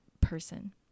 person